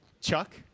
Chuck